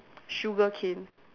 sugar cane